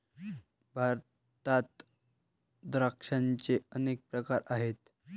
भारतात द्राक्षांचे अनेक प्रकार आहेत